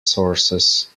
sources